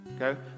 Okay